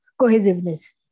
cohesiveness